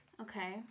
Okay